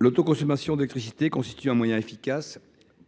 L’autoconsommation d’électricité constitue un moyen efficace